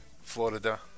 Florida